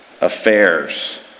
affairs